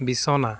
বিছনা